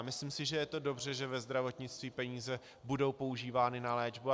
Myslím si, že to je dobře, že ve zdravotnictví peníze budou používány na léčbu.